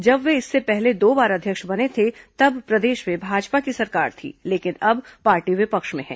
जब वे इससे पहले दो बार अध्यक्ष बने थे तब प्रदेश में भाजपा की सरकार थी लेकिन अब पार्टी विपक्ष में है